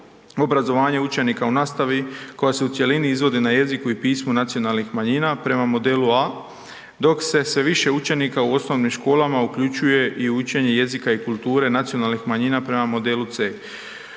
učenika u nastavi koja se u cjelini izvodi na jeziku i pismu nacionalnih manjina prema modelu A, dok se sve više učenika u osnovnim školama uključuje i u učenje jezika i kulture nacionalnih manjina prema modelu C.